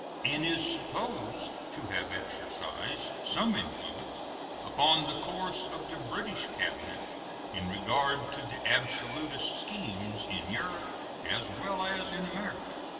and is supposed to have exercised some influence upon the course of the british cabinet in regard to the absolutist schemes in europe as well as in america.